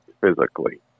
physically